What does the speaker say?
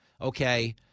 okay